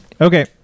okay